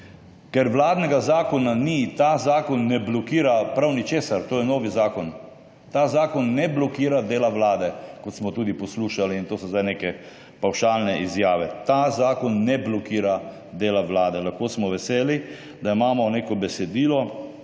Ker vladnega zakona ni, ta zakon ne blokira prav ničesar. To je nov zakon. Ta zakon ne blokira dela Vlade, kot smo tudi poslušali, in to so zdaj neke pavšalne izjave. Ta zakon ne blokira dela Vlade. Lahko smo veseli, da imamo neko besedilo